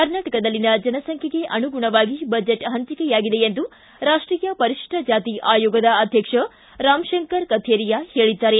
ಕರ್ನಾಟಕದಲ್ಲಿನ ಜನಸಂಖ್ಯೆಗೆ ಅನುಗುಣವಾಗಿ ಬಜೆಟ್ ಹಂಚಿಕೆಯಾಗಿದೆ ಎಂದು ರಾಷ್ಟೀಯ ಪರಿತಿಷ್ಟ ಜಾತಿ ಆಯೋಗದ ಅಧ್ಯಕ್ಷ ರಾಮ್ಶಂಕರ್ ಕಥೇರಿಯಾ ಹೇಳಿದ್ದಾರೆ